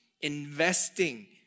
investing